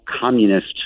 communist